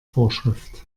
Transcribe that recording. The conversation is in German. vorschrift